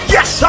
Yes